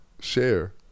share